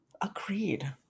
Agreed